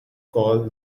call